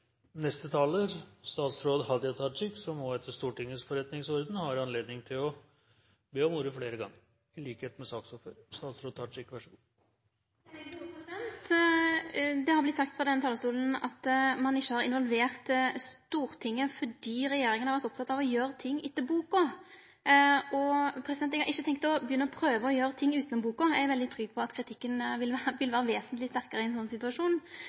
statsråd Hadia Tajik, som etter Stortingets forretningsorden på samme måte som saksordføreren også har anledning til å ta ordet flere ganger. Det er sagt frå denne talarstolen at ein ikkje har involvert Stortinget fordi regjeringa har vore oppteken av å gjere ting etter boka. Eg har ikkje tenkt å prøve å gjere ting utanom boka. Eg er veldig trygg på at kritikken vil vere mykje sterkare i ein sånn situasjon.